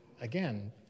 again